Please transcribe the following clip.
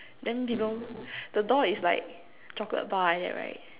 then below the door is like chocolate bar like that right